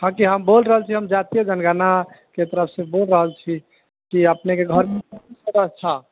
हाँ जी हाँ हम बोल रहल छी जातिय जनगणनाके तरफसँ बोल रहल छी की अपनेके घरमे